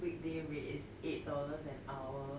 weekday rate is eight dollars an hour